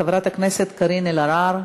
חברת הכנסת קארין אלהרר.